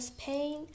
Pain